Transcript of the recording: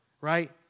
right